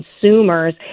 consumers